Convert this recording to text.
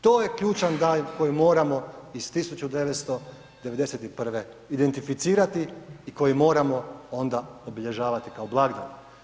To je ključan dan koji moramo iz 1991. identificirati i koji moramo onda obilježavati kao blagdan.